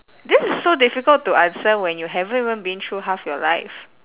this is so difficult to answer when you haven't even been through half your life